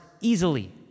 easily